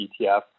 ETF